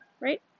right